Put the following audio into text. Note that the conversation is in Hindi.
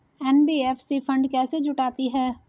एन.बी.एफ.सी फंड कैसे जुटाती है?